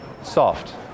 Soft